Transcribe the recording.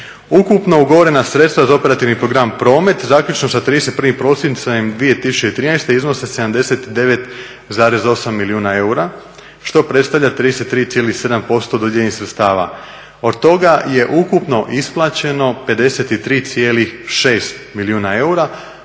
Ukupno ugovorena sredstva za operativni program promet, zaključno sa 31. prosincem 2013. iznose 79,8 milijuna eura što predstavlja 33,7% dodijeljenih sredstava. Od toga je ukupno isplaćeno 53,6 milijuna eura,